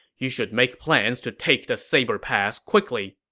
you should make plans to take the saber pass quickly.